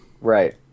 Right